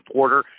Porter